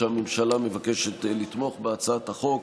הממשלה מבקשת לתמוך בהצעת החוק,